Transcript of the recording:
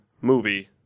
movie